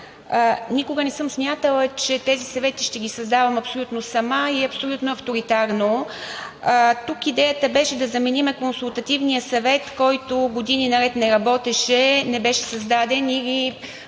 Никога не съм смятала, че тези съвети ще ги създавам абсолютно сама и абсолютно авторитарно. Тук идеята беше да заменим Консултативния съвет, който години наред не работеше, не беше създаден и